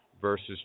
versus